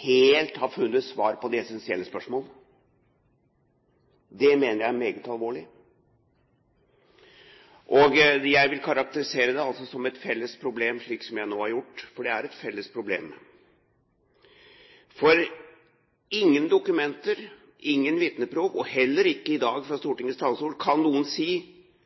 helt har funnet svar på de essensielle spørsmålene. Det mener jeg er meget alvorlig. Jeg vil karakterisere det som et felles problem, slik som jeg nå har gjort, for det er et felles problem. Ingen dokumenter, ingen vitneprov og heller ikke i dag fra Stortingets talerstol kan noen si